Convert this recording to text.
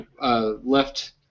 left